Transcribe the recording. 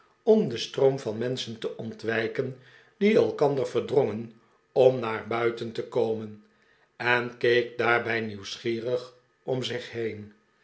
om den stroom van menschen te ontwijken die elkander verdrongen om naar buiten te komen en keek daarbij nieuwsgierig om zich heen